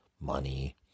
money